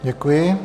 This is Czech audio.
Děkuji.